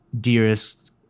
dearest